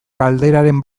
galderaren